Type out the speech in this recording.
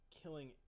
killing